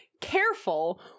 careful